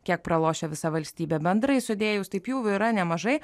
kiek pralošia visa valstybė bendrai sudėjus taip jų yra nemažai